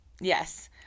Yes